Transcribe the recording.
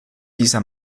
dieser